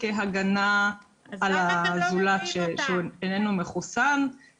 כהגנה על הזולת שאיננו מחוסן -- למה אתם לא מביאים אותם?